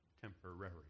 temporary